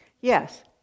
Yes